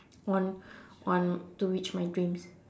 on on to reach my dreams